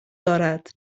دارد